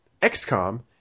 XCOM